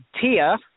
Tia